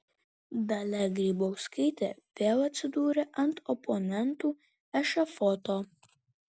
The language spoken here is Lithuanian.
dalia grybauskaitė vėl atsidūrė ant oponentų ešafoto